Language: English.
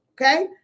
okay